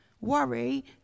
worry